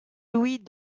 louis